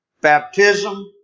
baptism